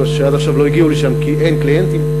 שעד עכשיו לא הגיעו לשם כי אין קליינטים,